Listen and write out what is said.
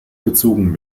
gezogen